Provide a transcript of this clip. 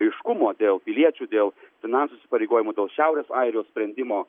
aiškumo dėl piliečių dėl finansinių įsipareigojimų dėl šiaurės airijos sprendimo